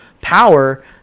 power